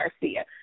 Garcia